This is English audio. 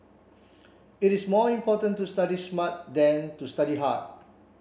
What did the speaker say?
it is more important to study smart than to study hard